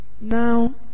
Now